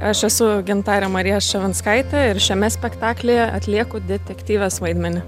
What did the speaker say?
aš esu gintarė marija ščavinskaitė ir šiame spektaklyje atlieku detektyvės vaidmenį